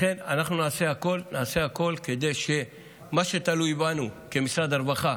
לכן אנחנו נעשה הכול כדי שבמה שתלוי בנו כמשרד הרווחה,